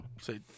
say